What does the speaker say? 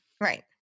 Right